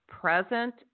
present